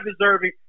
deserving